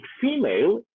female